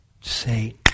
say